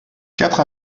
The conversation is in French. quatre